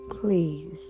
please